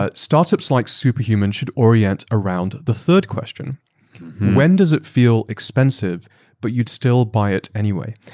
ah startups like superhuman should orient around the third question when does it feel expensive but you'd still buy it anyway?